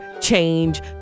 change